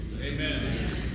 Amen